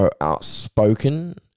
outspoken